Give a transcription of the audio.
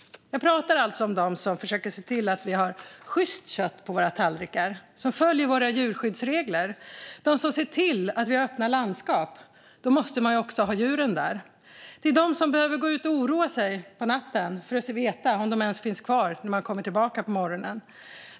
Jag pratar alltså om dem som försöker se till att vi har sjyst kött på våra tallrikar, följer våra djurskyddsregler och ser till att vi har öppna landskap. Då måste man också ha djur där. Det är de som oroar sig på natten för om djuren ens finns kvar när man kommer ut på morgonen.